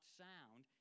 sound